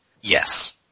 Yes